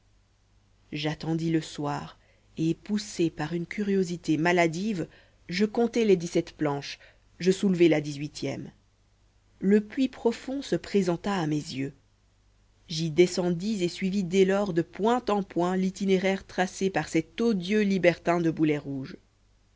j'attendis le soir et poussée par une curiosité maladive je comptai les dix-sept planches je soulevai la dix-huitième le puits profond se présenta à mes yeux j'y descendis et suivis dès lors de point en point l'itinéraire tracé par cet odieux libertin de